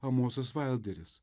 amosas vailderis